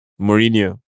Mourinho